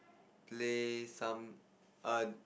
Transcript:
play some err